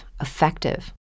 effective